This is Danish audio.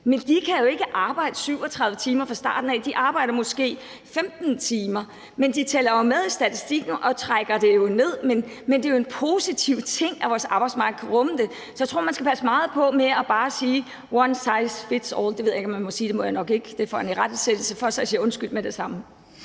Men de kan ikke arbejde 37 timer om ugen fra starten af; de arbejder måske 15 timer om ugen. De tæller med i statistikken og trækker det ned, men det er jo en positiv ting, at vores arbejdsmarked kan rumme det. Så jeg tror, man skal passe meget på med bare at sige one size fits all – det ved jeg ikke om jeg må sige; det må jeg nok ikke. Det får jeg nok en irettesættelse for, så jeg siger undskyld med det samme.